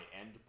end